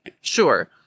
Sure